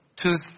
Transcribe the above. Two